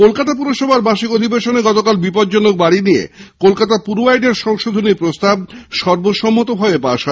কলকাতা পুরসভার মাসিক অধিবেশনে আজ বিপজ্জনক বাড়ি নিয়ে কলকাতা পুর আইনের সংশোধনী প্রস্তাব সর্বসম্মতভাবে পাশ হয়